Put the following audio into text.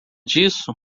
disso